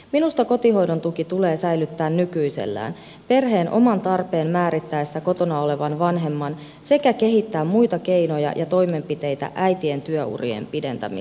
minusta kotihoidon tuki tulee säilyttää nykyisellään perheen oman tarpeen määrittäessä kotona olevan vanhemman sekä kehittää muita keinoja ja toimenpiteitä äitien työurien pidentäminen